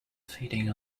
feeding